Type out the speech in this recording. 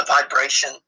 vibration